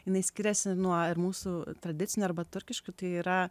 jinai skiriasi nuo ir mūsų tradicinių arba turkiškų tai yra